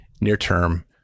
near-term